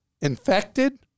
Infected